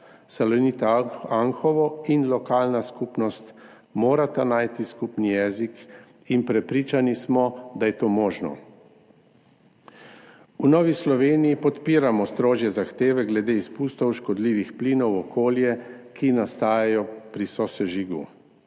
Salonit Anhovo in lokalna skupnost morata najti skupni jezik in prepričani smo, da je to možno. V Novi Sloveniji podpiramo strožje zahteve glede izpustov škodljivih plinov v okolje, ki nastajajo pri sosežigu.